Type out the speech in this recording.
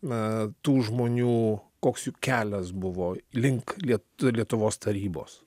na tų žmonių koks jų kelias buvo link liet lietuvos tarybos